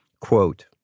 quote